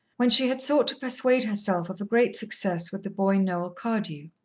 when she had sought to persuade herself of a great success with the boy noel cardew.